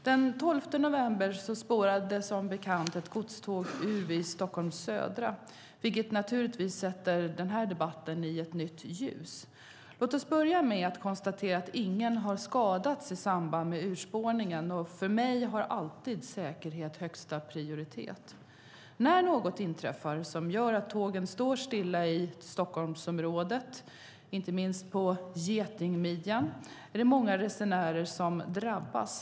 Den 12 november spårade, som bekant, ett godståg ur vid Stockholms södra, vilket naturligtvis sätter denna debatt i nytt ljus. Låt oss börja med att konstatera att ingen har skadats i samband med urspårningen. För mig har alltid säkerhet högsta prioritet. När något inträffar som gör att tågen står stilla i Stockholmsområdet, inte minst på getingmidjan, är det många resenärer som drabbas.